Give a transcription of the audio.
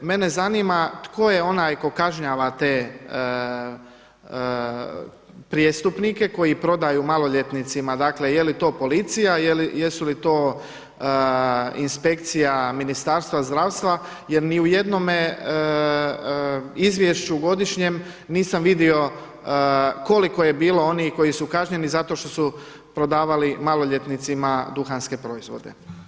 Mene zanima tko je onaj tko kažnjava te prijestupnike koji prodaju maloljetnicima dakle je li to policija, jesu li to inspekcija Ministarstva zdravstva jer ni u jednom izvješću godišnjem nisam vidio koliko je bilo onih koji su kažnjeni zato što su prodavali maloljetnicima duhanske proizvode.